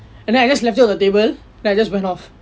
and then I just left it on the table then I just went off